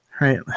right